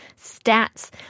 stats